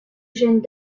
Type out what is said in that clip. jeune